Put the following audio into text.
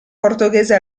portoghese